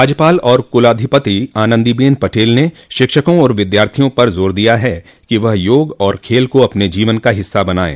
राज्यपाल और कुलाधिपति आनंदीबेन पटेल ने शिक्षकों और विद्यार्थियों पर ज़ोर दिया है कि वह योग और खेल को अपने जीवन का हिस्सा बनायें